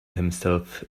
himself